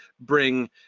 bring